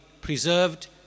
preserved